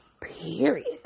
period